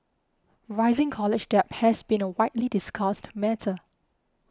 rising college debt has been a widely discussed matter